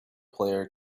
player